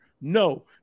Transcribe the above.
No